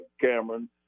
Cameron